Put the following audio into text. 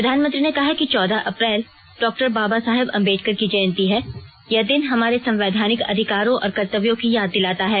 प्रधानमंत्री ने कहा कि चौदह अप्रैल डॉ बाबा साहब अंबेडकर की जयंती है यह दिन हमारे संवैधानिक अधिकारों और कर्तव्यों की याद दिलाता है